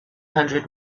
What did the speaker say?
hundred